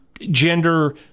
gender